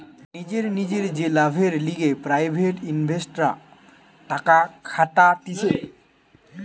নিজের নিজের যে লাভের লিগে প্রাইভেট ইনভেস্টররা টাকা খাটাতিছে